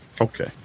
Okay